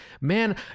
man